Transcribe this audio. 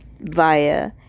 via